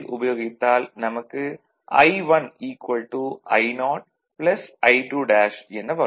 உபயோகித்தால் நமக்கு I1 I0 I2' என வரும்